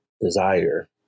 desire